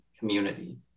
community